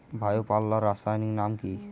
Bio পাল্লার রাসায়নিক নাম কি?